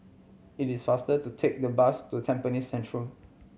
it is faster to take the bus to Tampines Central